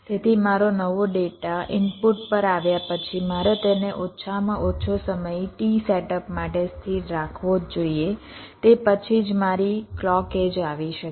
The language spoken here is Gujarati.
તેથી મારો નવો ડેટા ઇનપુટ પર આવ્યા પછી મારે તેને ઓછામાં ઓછો સમય t સેટઅપ માટે સ્થિર રાખવો જ જોઇએ તે પછી જ મારી ક્લૉક એડ્જ આવી શકે